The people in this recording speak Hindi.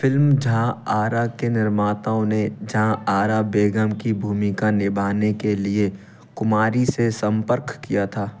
फिल्म जहांआरा के निर्माताओं ने जहांआरा बेगम की भूमिका निभाने के लिए कुमारी से संपर्क किया था